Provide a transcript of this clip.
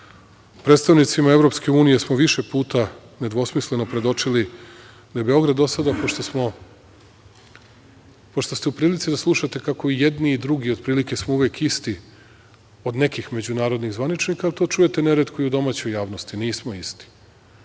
Prištinom. Predstavnicima EU smo više puta nedvosmisleno predočili da je Beograd do sada, pošto ste u prilici da slušate kako i jedni i drugi otprilike smo uvek isti od nekih međunarodnih zvaničnika, ali to čujete neretko i u domaćoj javnosti. Nismo isti. Mi